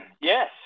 Yes